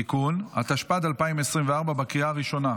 (תיקון), התשפ"ד 2024, לקריאה הראשונה.